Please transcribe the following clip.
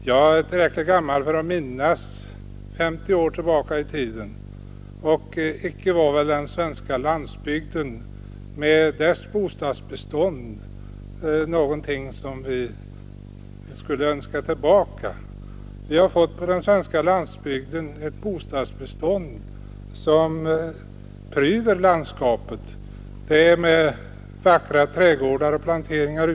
Jag är tillräckligt gammal för att minnas 50 år tillbaka i tiden, och icke var väl den gamla svenska landsbygden med dess bostadsbestånd någonting som vi skulle önska tillbaka. Vi har nu på den svenska landsbygden fått ett bostadsbestånd som pryder landskapet, med vackra trädgårdar och planteringar.